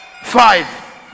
Five